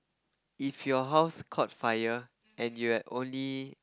if your house caught fire and you had only